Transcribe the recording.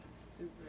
Stupid